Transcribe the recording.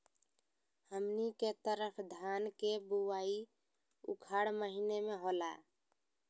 हमनी के तरफ धान के बुवाई उखाड़ महीना में होला